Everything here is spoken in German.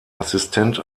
assistent